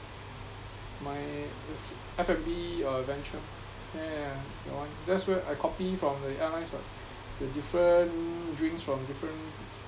my F F and B uh venture yeah yeah your one that's where I copy from the analyse what the different drinks from different